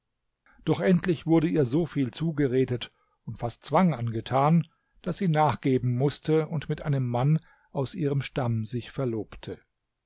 doch endlich wurde ihr so viel zugeredet und fast zwang angetan daß sie nachgeben mußte und mit einem mann aus ihrem stamm sich verlobte